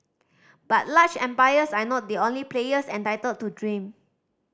but large empires are not the only players entitled to dream